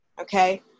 okay